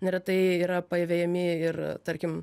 neretai yra pavejami ir tarkim